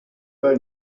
pas